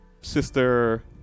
Sister